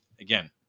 again